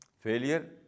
failure